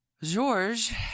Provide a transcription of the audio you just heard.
George